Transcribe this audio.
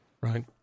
Right